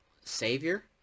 Savior